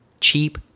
cheap